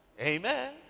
Amen